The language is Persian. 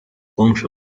گمشو